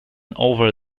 over